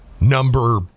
number